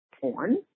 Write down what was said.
porn